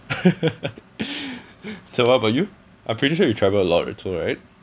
so what about you I'm pretty sure you travel a lot also right